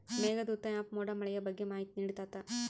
Meghdoot app ಮೋಡ ಮಳೆಯ ಬಗ್ಗೆ ಮಾಹಿತಿ ನಿಡ್ತಾತ